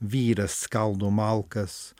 vyras skaldo malkas